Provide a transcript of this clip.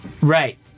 Right